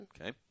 Okay